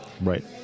Right